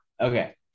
Okay